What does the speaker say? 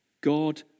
God